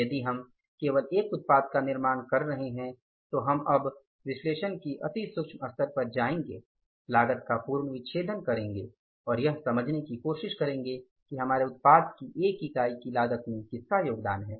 यदि हम केवल एक उत्पाद का निर्माण कर रहे हैं तो हम अब विश्लेषण के अति सूक्षम स्तर पर जाएंगे लागत का पूर्ण विच्छेदन करेंगे और यह समझने की कोशिश करेंगे कि हमारे उत्पाद की एक इकाई की लागत में किसका योगदान है